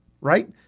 right